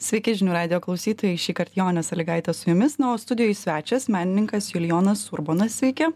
sveiki žinių radijo klausytojai šįkart jonė salygaitė su jumis na o studijoj svečias menininkas julijonas urbonas sveiki